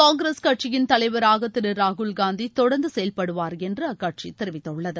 காங்கிரஸ் கட்சியின் தலைவராக திரு ராகுல்காந்தி தொடர்ந்து செயல்படுவார் என்று அக்கட்சி தெரிவித்துள்ளது